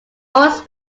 always